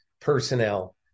personnel